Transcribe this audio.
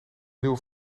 nieuwe